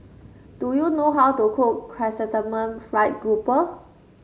do you know how to cook Chrysanthemum Fried Grouper